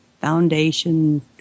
foundation